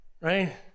right